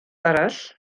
arall